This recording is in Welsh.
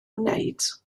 wneud